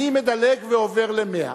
אני מדלג ועובר ל-100.